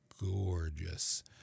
gorgeous